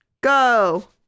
go